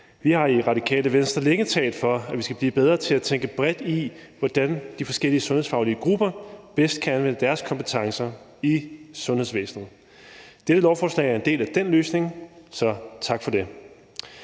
Vi har i Radikale Venstre længe talt for, at vi skal blive bedre til at tænke bredt, i forhold til hvordan de forskellige sundhedsfaglige grupper bedst kan anvende deres kompetencer i sundhedsvæsenet. Dette lovforslag er en del af den løsning, så tak for det.